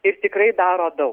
ir tikrai daro dau